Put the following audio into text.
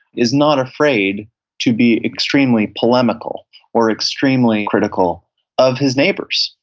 is not afraid to be extremely polemical or extremely critical of his neighbors,